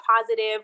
positive